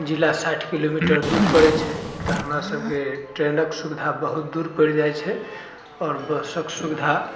जिला साठि किलोमीटर दूर पड़ैत छै तऽ हमरा सभके ट्रेनक सुविधा बहुत दूर पड़ि जाइत छै आओर बसक सुविधा